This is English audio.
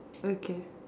okay